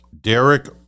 Derek